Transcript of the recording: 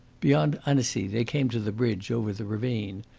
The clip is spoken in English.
beyond annecy, they came to the bridge over the ravine.